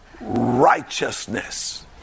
righteousness